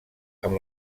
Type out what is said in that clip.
amb